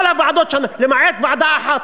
כל הוועדות, למעט ועדה אחת,